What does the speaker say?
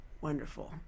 wonderful